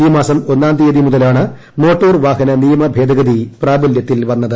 ഈ മാസ്ക്ക് ഒന്നാം തീയതി മുതലാണ് മോട്ടോർ വാഹന നിയമ ഭേദഗതി പ്രാബ്ലൃത്തിൽ വന്നത്